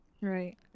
Right